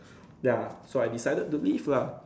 ya so I decided to leave lah